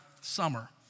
summer